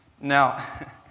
Now